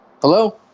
Hello